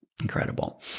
Incredible